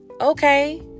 Okay